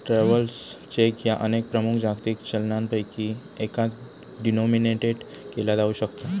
travellers cheque ह्या अनेक प्रमुख जागतिक चलनांपैकी एकात डिनोमिनेटेड केला जाऊ शकता